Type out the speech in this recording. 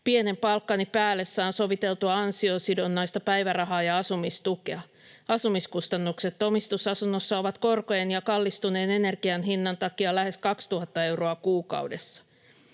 Pienen palkkani päälle saan soviteltua ansiosidonnaista päivärahaa ja asumistukea. Asumiskustannukset omistusasunnossa ovat korkojen ja kallistuneen energianhinnan takia lähes 2 000 euroa kuukaudessa.